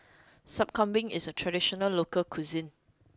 Sup Kambing is a traditional local cuisine